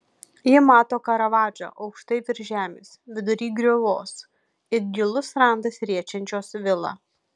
ji mato karavadžą aukštai virš žemės vidury griovos it gilus randas riečiančios vilą